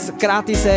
gratis